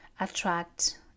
attract